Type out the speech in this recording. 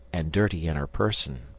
and dirty in her person.